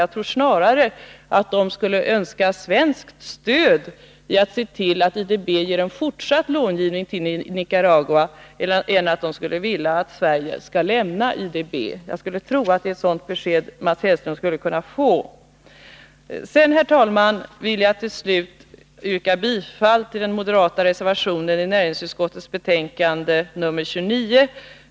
Jag tror snarare att de skulle önska svenskt stöd när det gäller att se till att IDB fortsätter långivningen till Nicaragua än att de skulle vilja att Sverige skall lämna IDB. Jag skulle tro att det är ett sådant besked Mats Hellström skulle kunna få. Sedan, herr talman, vill jag till slut yrka bifall till den moderata reservationen vid näringsutskottets betänkande nr 29.